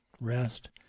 Rest